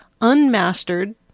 unmastered